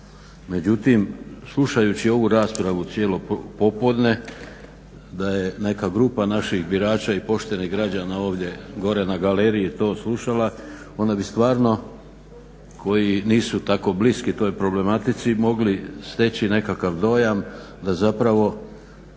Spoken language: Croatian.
međutim slušajući ovu raspravu cijelo popodne da je neka grupa naših birača i poštenih građana ovdje gore na galeriji to slušala onda bi stvarno koji nisu tako bliski toj problematici mogli steći nekakav dojam da zapravo